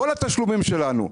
כל התשלומים שלנו,